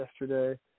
yesterday